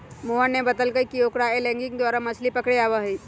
मोहन ने बतल कई कि ओकरा एंगलिंग द्वारा मछ्ली पकड़े आवा हई